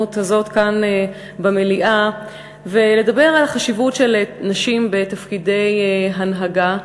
ההזדמנות הזאת כאן במליאה ולדבר על החשיבות של הנשים בתפקידי הנהגה.